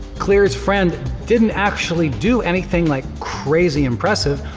clear's friend didn't actually do anything like crazy impressive,